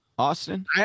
Austin